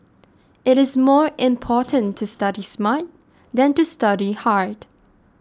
it is more important to study smart than to study hard